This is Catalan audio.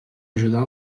ajudar